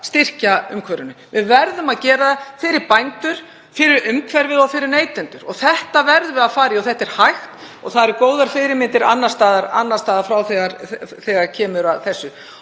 styrkjaumhverfinu. Við verðum að gera það fyrir bændur, fyrir umhverfið og fyrir neytendur. Þetta verðum við að fara í og þetta er hægt. Það eru góðar fyrirmyndir annars staðar frá þegar kemur að þessu.